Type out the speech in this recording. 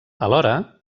alhora